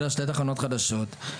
שתי תחנות חדשות.